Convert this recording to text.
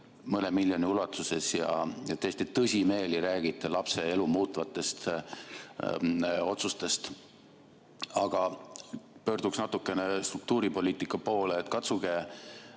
mõne miljoni ulatuses. Te tõsimeeli räägite lapse elu muutvatest otsustest. Aga pöörduks struktuuripoliitika poole. Katsuge